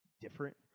different